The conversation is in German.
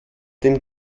den